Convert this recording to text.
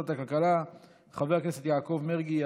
ועדת הכלכלה חבר הכנסת יעקב מרגי.